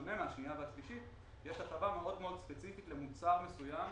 בשונה מהשנייה והשלישית יש הטבה מאוד ספציפית למוצר מסוים,